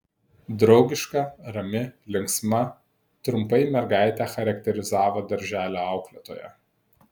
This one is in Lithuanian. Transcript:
draugiška rami linksma trumpai mergaitę charakterizavo darželio auklėtoja